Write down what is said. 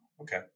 okay